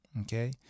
Okay